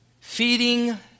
feeding